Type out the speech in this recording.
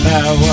Now